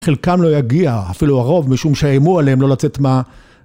חלקם לא יגיע, אפילו הרוב, משום שאיימו עליהם לא לצאת מה...